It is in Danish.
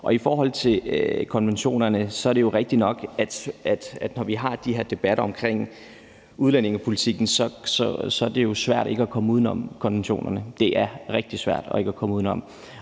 I forhold til konventionerne er det rigtigt nok, at når vi har de her debatter omkring udlændingepolitikken, er det svært at komme uden om konventionerne – det er rigtig svært at komme uden om